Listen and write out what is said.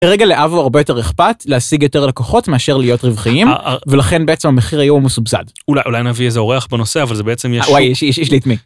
רגע, לאבו הרבה יותר אכפת להשיג יותר לקוחות מאשר להיות רווחיים, ולכן בעצם המחיר היום הוא סובסד. אולי נביא איזה עורך בנושא, אבל זה בעצם יש לו... וואי, יש לי אתמי.